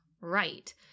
right